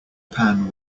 pan